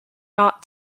not